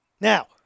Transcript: Now